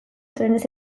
trenez